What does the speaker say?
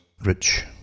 rich